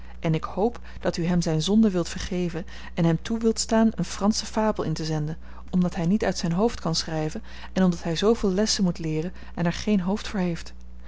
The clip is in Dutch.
en ik hoop dat u hem zijn zonde wilt vergeven en hem toe wilt staan een fransche fabel in te zenden omdat hij niet uit zijn hoofd kan schrijven en omdat hij zooveel lessen moet leeren en er geen hoofd voor heeft